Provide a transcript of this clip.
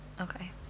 Okay